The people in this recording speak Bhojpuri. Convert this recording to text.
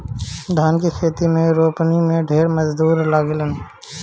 धान के खेत में रोपनी में ढेर मजूर लागेलन